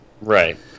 right